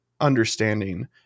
understanding